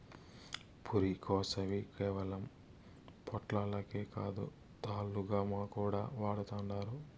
పురికొసని కేవలం పొట్లాలకే కాదు, తాళ్లుగా కూడా వాడతండారు